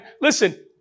listen